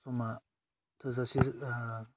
समा थोजासे